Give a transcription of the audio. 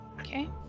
okay